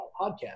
podcast